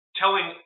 telling